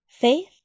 Faith